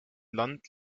land